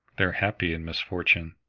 they're happy in misfortune,